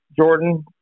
Jordan